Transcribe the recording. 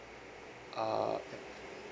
uh